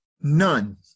None